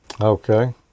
Okay